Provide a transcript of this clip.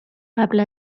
قبل